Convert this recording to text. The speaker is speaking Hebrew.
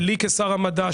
שלי כשר המדע,